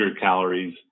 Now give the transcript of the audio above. calories